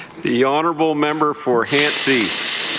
the honourable member for hants east.